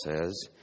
says